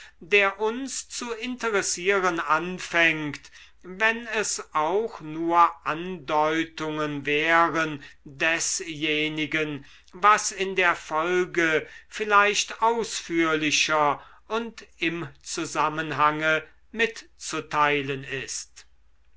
der uns zu interessieren anfängt wenn es auch nur andeutungen wären desjenigen was in der folge vielleicht ausführlicher und im zusammenhange mitzuteilen ist